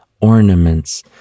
ornaments